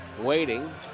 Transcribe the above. Waiting